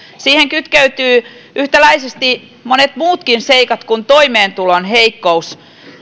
siihen kytkeytyvät yhtäläisesti monet muutkin seikat kuin toimeentulon heikkous